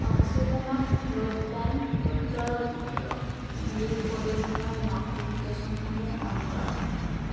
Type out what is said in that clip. অক্সিজেনত ব্ৰডবেণ্ডৰ বিল পৰিশোধৰ ন'টিফিকেশ্যনসমূহ অন কৰক